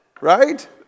Right